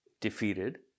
defeated